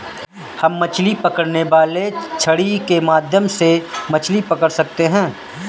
हम मछली पकड़ने वाली छड़ी के माध्यम से मछली पकड़ सकते हैं